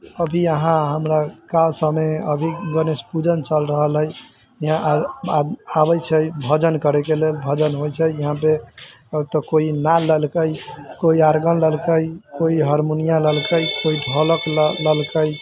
अभी यहाँ हमरा का समय अभी गणेश पूजन चल रहल अछि यहाँ आबै छै भजन करय के लेल भजन होइ छै यहाँ पे आओर तऽ कोई ना लेलकै कोइ आर्गन लेलकै कोइ हार्मोनिआ लेलकै कोइ ढोलक लेलकै